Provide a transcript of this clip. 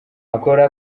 akora